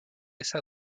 esa